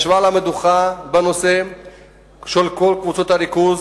ישבה על המדוכה בנושא של כל קבוצות הריכוז,